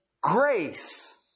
grace